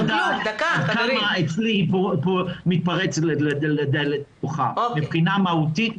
אצלי זה מתפרץ לדלת פתוחה מבחינה מהותית,